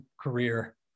career